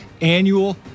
annual